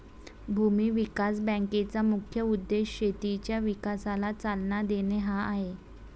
भूमी विकास बँकेचा मुख्य उद्देश शेतीच्या विकासाला चालना देणे हा आहे